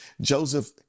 Joseph